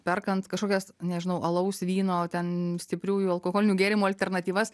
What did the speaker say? perkant kažkokias nežinau alaus vyno ten stipriųjų alkoholinių gėrimų alternatyvas